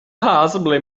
possibly